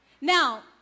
Now